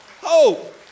hope